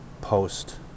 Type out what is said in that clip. post